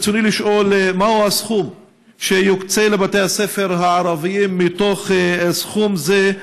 ברצוני לשאול: 1. מהו הסכום שיוקצה לבתי הספר הערביים מתוך סכום זה?